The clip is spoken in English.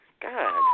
God